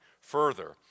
further